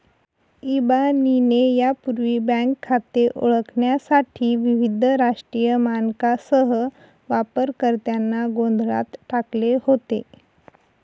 इबानीने यापूर्वी बँक खाते ओळखण्यासाठी विविध राष्ट्रीय मानकांसह वापरकर्त्यांना गोंधळात टाकले होते